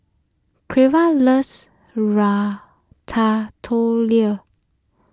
Cleva loves